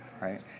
right